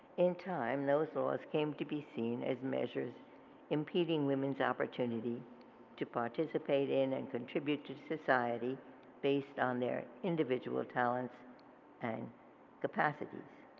in time those laws came to be seen as measures impeding women's opportunities to participate in and contribute to society based on their individual talents and capacities.